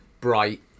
bright